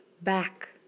back